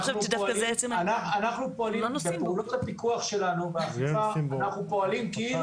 אנחנו פועלים בפעולות הפיקוח שלנו באכיפה כאילו